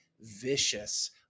vicious